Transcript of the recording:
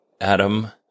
Adam